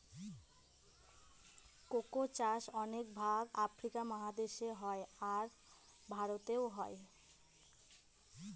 cocoa চাষ অনেক ভাগ আফ্রিকা মহাদেশে হয়, আর ভারতেও হয়